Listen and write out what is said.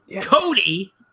Cody